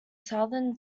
southern